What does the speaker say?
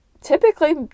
typically